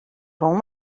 wol